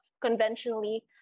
conventionally